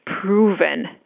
proven